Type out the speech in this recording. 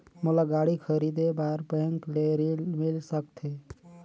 मोला गाड़ी खरीदे बार बैंक ले ऋण मिल सकथे?